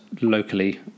locally